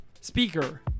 speaker